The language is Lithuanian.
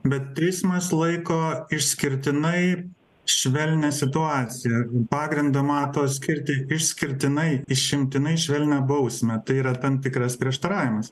bet teismas laiko išskirtinai švelnia situacija ir pagrindą mato skirti išskirtinai išimtinai švelnią bausmę tai yra tam tikras prieštaravimas